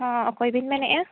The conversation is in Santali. ᱦᱮᱸ ᱚᱠᱚᱭᱵᱮᱱ ᱢᱮᱱᱮᱫᱼᱟ